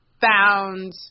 found